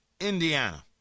Indiana